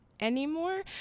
anymore